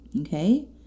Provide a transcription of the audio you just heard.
Okay